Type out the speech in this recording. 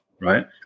Right